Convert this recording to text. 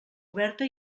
oberta